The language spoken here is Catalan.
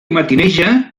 matineja